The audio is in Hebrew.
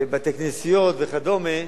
בתי-כנסיות וכדומה,